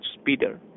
speeder